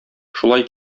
шулай